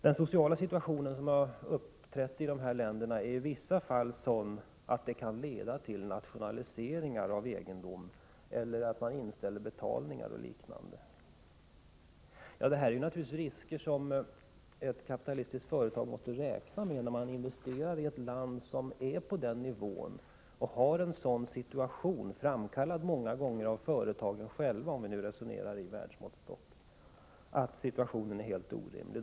Den sociala situation som uppstått i dessa länder är i vissa fall sådan att det kan leda till nationaliseringar av egendom, till att man inställer betalningar o. d. Detta är risker som ett kapitalistiskt företag måste räkna med när man investerar i ett land som är på en sådan nivå och har en situation — framkallad många gånger av företagen själva, om vi resonerar enligt världsmåttstock — som är helt orimlig.